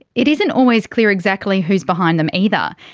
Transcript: it isn't always clear exactly who's behind them either.